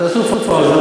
תעשו פאוזה,